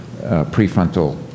prefrontal